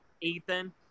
Ethan